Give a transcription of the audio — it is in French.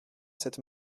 cette